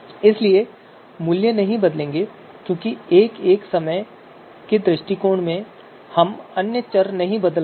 इसलिए मूल्य नहीं बदलेंगे क्योंकि एक एक समय के दृष्टिकोण में हम अन्य चर नहीं बदल रहे हैं